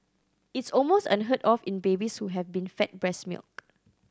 it's almost unheard of in babies who have been fed breast milk